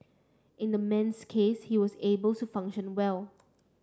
in the man's case he was able to function well